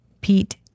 Pete